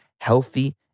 healthy